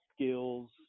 skills